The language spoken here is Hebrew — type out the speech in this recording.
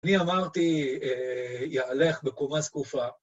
אני אמרתי יהלך בקומה זקופה.